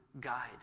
guide